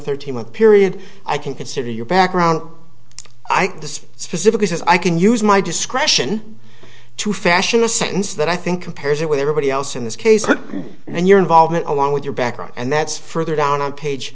thirteen month period i can consider your background the specific cases i can use my discretion to fashion a sentence that i think compares it with everybody else in this case and your involvement along with your background and that's further down on page